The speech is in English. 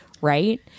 Right